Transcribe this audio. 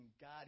God